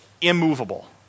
immovable